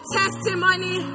testimony